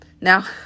Now